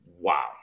wow